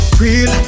real